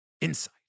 Insight